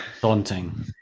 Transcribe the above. Daunting